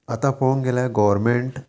आतां पळोवंक गेल्यार गोवर्मेंट